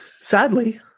Sadly